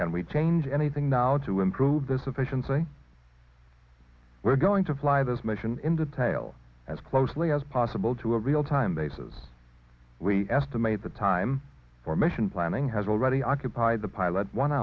can we change anything now to improve this efficiency we're going to fly this mission in detail as closely as possible to a real time basis we estimate the time for mission planning has already occupied the pilot one